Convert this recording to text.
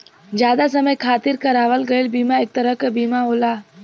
जादा समय खातिर करावल गयल बीमा एक तरह क बीमा होला